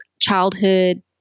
childhood